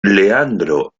leandro